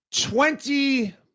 Twenty